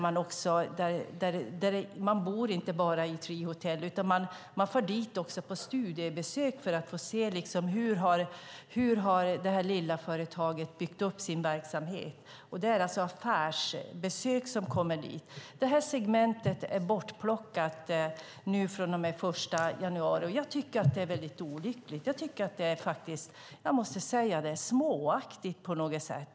Man inte bara bor i Treehotel, utan man far dit på studiebesök för att få se hur det lilla företaget har byggt upp sin verksamhet. Det är alltså affärsresenärer som kommet dit på besök. Det segmentet är bortplockat från och med den 1 januari. Det tycker jag är väldigt olyckligt. Jag måste säga att det är småaktigt på något sätt.